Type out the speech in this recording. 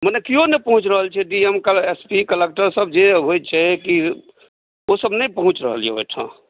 मने केओ नहि पहुँच रहल छै D M collector S P सभ जे होइ छै ई ओ सभ नहि पहुँच रहल यऽ ओहिठाम